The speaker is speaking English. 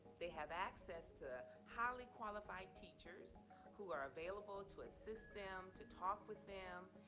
they have access to highly qualified teachers who are available to assist them, to talk with them,